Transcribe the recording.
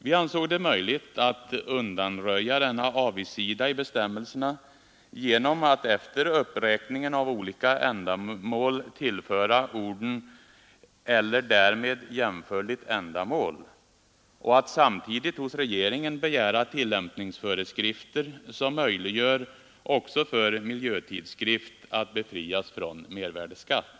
Vi ansåg det möjligt att undanröja denna avigsida i bestämmelserna genom att efter uppräkningen av olika ändamål tillfoga orden ”eller därmed jämförligt ändamål” och att samtidigt hos regeringen begära tillämpningsföreskrifter som möjliggör att också miljötidskrift befrias från mervärdeskatt.